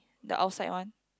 the outside one